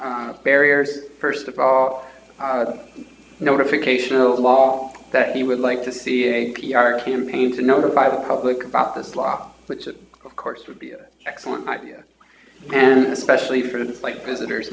some barriers first of all notification a law that he would like to see a p r campaign to notify the public about this law which of course would be an excellent idea and especially for those like visitors